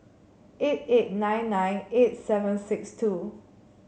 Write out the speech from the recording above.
eight eight nine nine eight seven six two